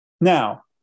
Now